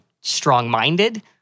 strong-minded